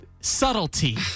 Subtlety